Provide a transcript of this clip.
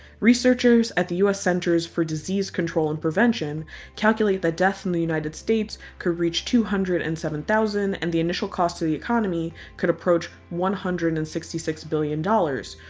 researchers at the u s. centers for disease control and prevention calculate that deaths in the united states could reach two hundred and seven thousand and the initial cost to the economy could approach one hundred and sixty six billion dollars,